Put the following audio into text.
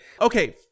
okay